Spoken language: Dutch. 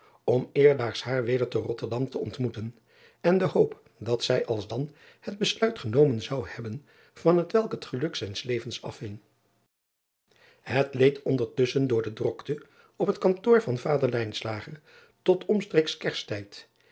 om eerstdaags haar weder te otterdam te ontmoeten en de hoop dat zij alsdan het besluit genomen zou hebben van hetwelk het geluk zijns levens afhing et leed ondertusschen door de drokte op het kantoor van vader tot omstreeks erstijd